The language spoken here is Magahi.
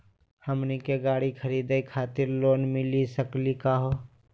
हमनी के गाड़ी खरीदै खातिर लोन मिली सकली का हो?